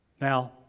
Now